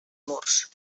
murs